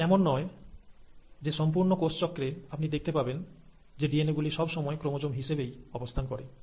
এটি এমন নয় যে সম্পূর্ণ কোষ চক্রে আপনি দেখতে পাবেন যে ডিএনএ গুলি সব সময় ক্রোমোজোম হিসেবেই অবস্থান করে